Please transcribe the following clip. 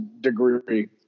degree